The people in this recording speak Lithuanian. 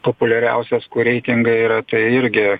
populiariausios kur reitingai yra tai irgi